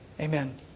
Amen